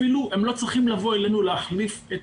אפילו הם לא צריכים לבוא אלינו להחליף את